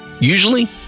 usually